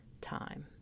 time